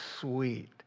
sweet